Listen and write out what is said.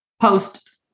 post